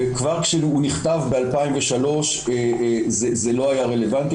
וכבר כשהוא נכתב ב-2003 זה לא היה רלוונטי,